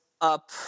up